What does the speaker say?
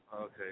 Okay